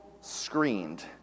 screened